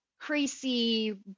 crazy